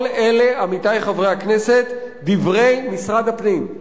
כל אלה, עמיתי חברי הכנסת, דברי משרד הפנים.